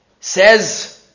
says